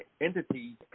entity